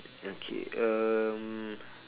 okay um